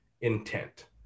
intent